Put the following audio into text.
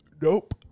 Nope